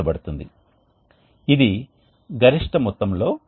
కాబట్టి వేడి ప్రవాహం అనేది కొంత మ్యాట్రిక్స్ లేదా స్టోరేజ్ మెటీరియల్ గుండా వెళుతుంది